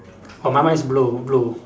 oh my one is blue blue